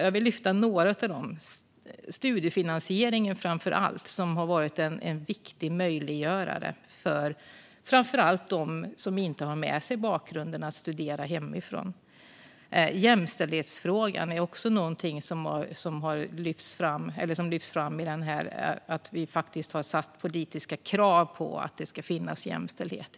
Jag vill lyfta fram några av dem, framför allt studiefinansieringen, som har varit en viktig möjliggörare för framför allt dem som inte har med sig bakgrunden att studera hemifrån. Jämställdhetsfrågan är också någonting som lyfts fram; vi har ställt politiska krav på att det ska finnas jämställdhet.